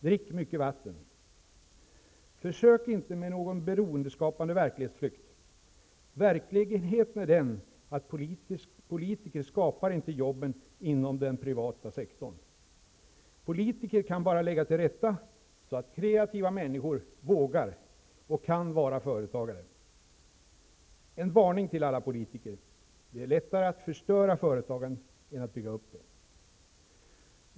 Drick mycket vatten -- försök inte med någon beroendeskapande verklighetsflykt. Verkligheten är att politiker inte skapar jobben inom den privata sektorn. Politiker kan bara lägga till rätta så att kreativa människor vågar och kan vara företagare. En varning till alla politiker -- det är lättare att förstöra företagandet än att bygga upp det.